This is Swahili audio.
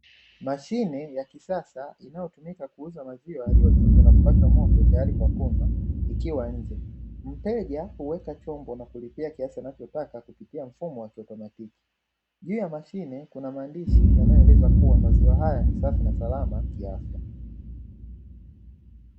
Mashine ya kisasa inayotumika kuuza maziwa yaliyochujwa na kupashwa moto tayari kwa kunywa ikiwa nje. Mteja huweka chombo na kulipia kiasi anachotaka kupitia mfumo wa kiautomatiki. Juu ya mashine kuna maandishi yanayoeleza kuwa maziwa haya ni safi na salama kiafya